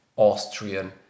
Austrian